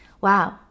Wow